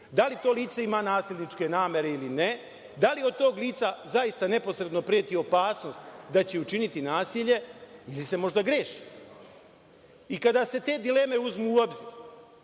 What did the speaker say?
da li to lice ima nasilničke namere ili ne, da li od tog lica zaista neposredno preti opasnost da će učiniti nasilje ili se možda greši. Kada se te dileme uzmu u obzir,